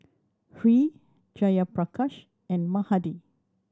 Hri Jayaprakash and Mahade